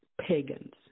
pagans